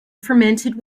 fermented